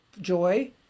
joy